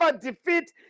defeat